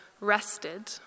rested